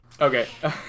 Okay